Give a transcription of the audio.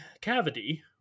cavity